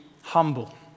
humble